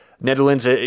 Netherlands